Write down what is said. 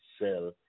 sell